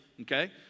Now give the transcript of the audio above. Okay